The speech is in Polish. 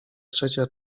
trzecia